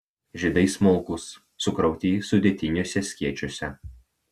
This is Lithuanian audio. žiedai smulkūs sukrauti sudėtiniuose skėčiuose